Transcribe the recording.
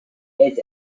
its